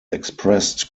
expressed